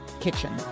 kitchen